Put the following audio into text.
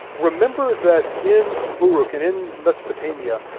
remember that in uruk and in mesopotamia,